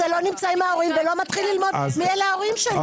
לא נמצא עם ההורים ולא מתחיל ללמוד מי אלה ההורים שלו?